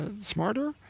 smarter